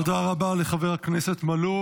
תודה רבה לחבר הכנסת מלול.